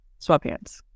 Sweatpants